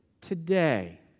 today